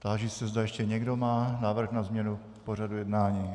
Táži se, zda ještě někdo má návrh na změnu pořadu jednání.